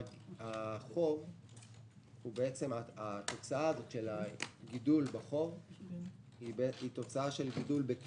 התוצאה הזאת של גידול בחוב היא תוצאה של גידול בכלל הגירעון.